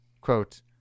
quote